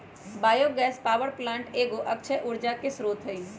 bio gas power plant एगो अक्षय ऊर्जा के स्रोत हइ